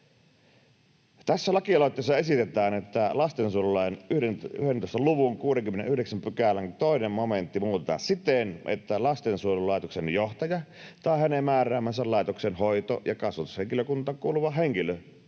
Tässä lakialoitteessa esitetään, että lastensuojelulain 11 luvun 69 §:n 2 momentti muutetaan siten, että lastensuojelulaitoksen johtaja tai hänen määräämänsä laitoksen hoito‑ ja kasvatushenkilökuntaan kuuluva henkilö